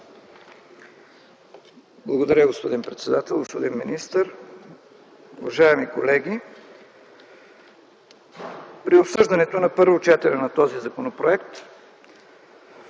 Благодаря, господин председател. Господин министър, уважаеми колеги! При обсъждането на първо четене на този законопроект